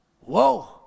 whoa